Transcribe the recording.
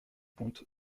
compte